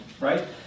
right